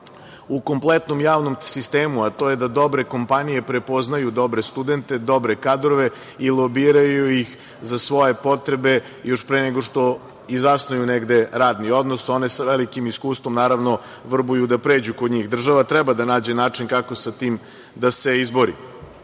u kompletnom javnom sistemu, a to je da dobre kompanije prepoznaju dobre studente, dobre kadrove i lobiraju ih za svoje potrebe još pre nego što i zasnuju negde radni odnos, one sa velikim iskustvom, naravno, vrbuju da pređu kod njih. Država treba da nađe način kako sa tim da se izbori. Ono